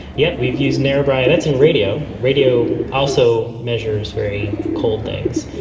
yes, we've used narrabri. that's in radio. radio also measures very cold things.